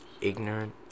Ignorant